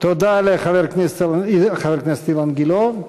תודה לחבר הכנסת אילן גילאון.